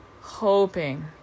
hoping